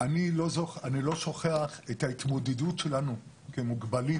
אני לא שוכח את ההתמודדות שלנו כמוגבלים.